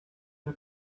you